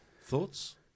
Thoughts